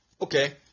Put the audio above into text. Okay